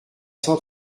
cent